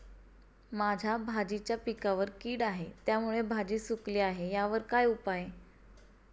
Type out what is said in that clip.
माझ्या भाजीच्या पिकावर कीड आहे त्यामुळे भाजी सुकली आहे यावर काय उपाय?